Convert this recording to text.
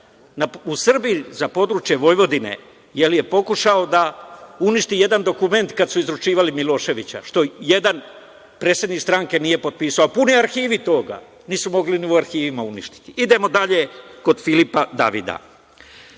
u Srbiji za područje Vojvodine, jer je pokušao da uništi jedan dokument kada su izručivali Miloševića, što jedan predsednik stranke nije potpisao, a puni arhivi toga, nisu mogli ni u arhivima uništiti. Idemo dalje, kod Filipa Davida,